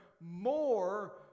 more